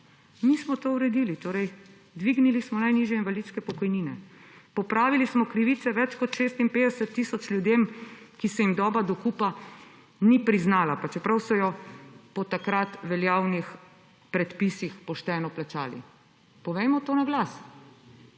Mi smo to uredili, torej dvignili smo najnižje invalidske pokojnine, popravili smo krivice več kot 56 tisoč ljudem, ki se jim doba dokupa ni priznala, pa čeprav so jo po takrat veljavnih predpisih pošteno plačali. Povejmo to na glas